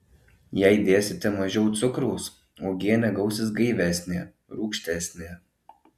jei dėsite mažiau cukraus uogienė gausis gaivesnė rūgštesnė